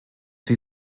sie